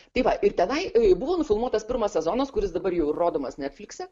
tai va ir tenai buvo nufilmuotas pirmas sezonas kuris dabar jau ir rodomas netflikse